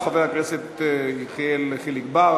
בבקשה, חבר הכנסת יחיאל חיליק בר.